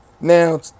Now